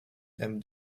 dame